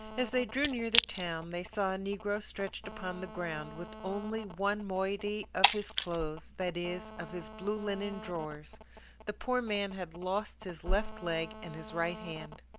as they drew near the town, they saw a negro stretched upon the ground, with only one moiety of his clothes, that is, of his blue linen drawers the poor man had lost his left leg and his right hand.